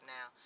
Now